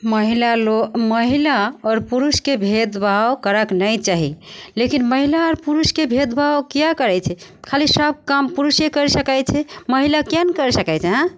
महिला लोग महिला आओर पुरुषके भेदभाव करऽके नहि चाही लेकिन महिला आओर पुरुषके भेदभाव किएक करय छै खाली सब काम पुरुषे करि सकय छै महिला किएक नहि करि सकय छै एँ